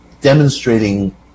demonstrating